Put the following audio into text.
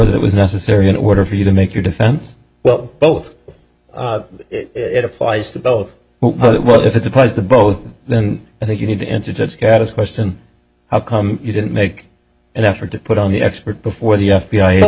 that was necessary in order for you to make your defense well both it applies to both what if it's opposed to both then i think you need to answer to that is question how come you didn't make an effort to put on the expert before the f b i